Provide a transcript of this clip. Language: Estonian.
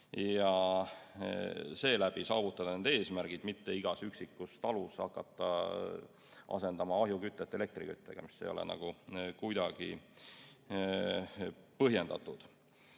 ja seeläbi saavutada need eesmärgid, mitte igas üksikus talus hakata asendama ahjukütet elektriküttega, mis ei ole nagu kuidagi põhjendatud.